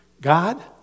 God